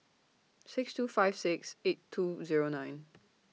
six two five six eight two Zero nine